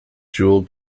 jewel